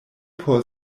por